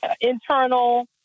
internal